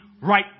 right